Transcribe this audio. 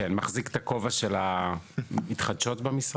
אני מחזיק את הכובע של המתחדשות במשרד.